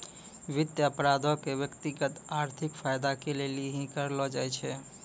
वित्त अपराधो के व्यक्तिगत आर्थिक फायदा के लेली ही करलो जाय छै